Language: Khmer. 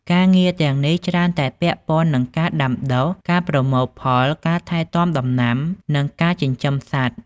ការងារទាំងនេះច្រើនតែពាក់ព័ន្ធនឹងការដាំដុះ ការប្រមូលផល ការថែទាំដំណាំ និងការចិញ្ចឹមសត្វ ។